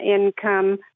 income